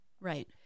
right